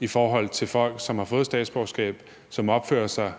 i forhold til folk, som har fået statsborgerskab, og som opfører sig